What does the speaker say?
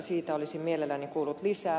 siitä olisin mielelläni kuullut lisää